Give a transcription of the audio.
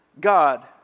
God